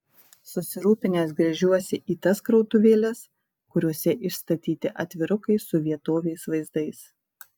susirūpinęs gręžiuosi į tas krautuvėles kuriose išstatyti atvirukai su vietovės vaizdais